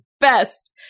best